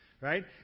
right